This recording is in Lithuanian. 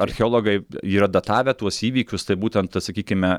archeologai yra datavę tuos įvykius tai būtent sakykime